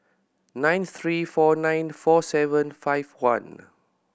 nine three four nine four seven five one